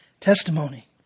testimony